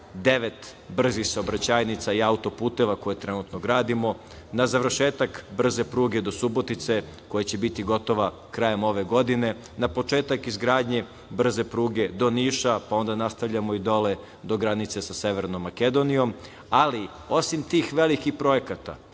devet brzih saobraćajnica i autoputeva koje trenutno gradimo, na završetak brze pruge do Subotice, koja će biti gotova krajem ove godine, na početak izgradnje brze pruge do Niša, pa onda nastavljamo i dole do granice sa severnom Makedonijom. Ali, osim tih velikih projekata,